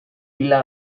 pila